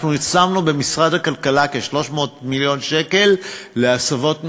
אנחנו שמנו במשרד הכלכלה כ-300 מיליון שקל להסבות מקצועיות,